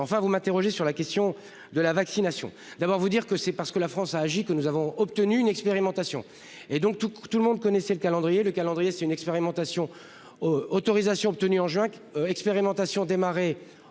enfin vous m'interrogez sur la question de la vaccination. D'abord vous dire que c'est parce que la France a agit que nous avons obtenu une expérimentation et donc tout, tout le monde connaissait le calendrier, le calendrier c'est une expérimentation. Autorisation obtenue en juin expérimentation démarrer